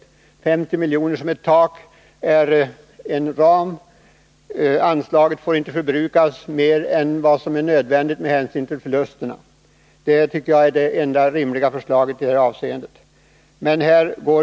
Beloppet 50 milj.kr. är ett takbelopp, och mer medel får inte förbrukas än vad som är nödvändigt med hänsyn till förlusterna. Det är det enda rimliga förslaget.